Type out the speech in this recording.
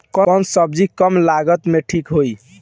कौन सबजी कम लागत मे ठिक होई?